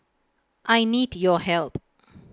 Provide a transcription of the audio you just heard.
I need your help